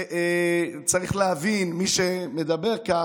צריך להבין, מי שמדבר כך,